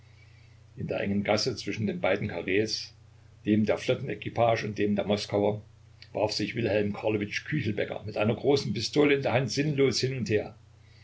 in der engen gasse zwischen den beiden karrees dem der flottenequipage und dem der moskauer warf sich wilhelm karlowitsch küchelbäcker mit einer großen pistole in der hand sinnlos hin und her